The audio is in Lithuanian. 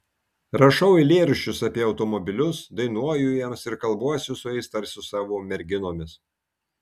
rašau eilėraščius apie automobilius dainuoju jiems ir kalbuosi su jais tarsi su savo merginomis